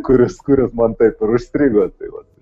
kuris kuris man taip ir užstrigo tai vat